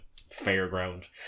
fairground